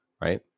right